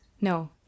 No